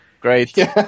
Great